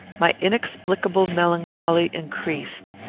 my inexplicable melancholy increased.